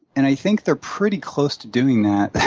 and i think they're pretty close to doing that.